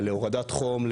להורדת חום,